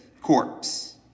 corpse